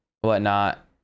whatnot